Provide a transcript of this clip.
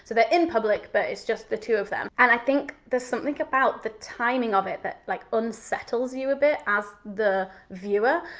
so but in public, but it's just the two of them. and i think there's something about the timing of it, that like unsettles you a bit as the viewer,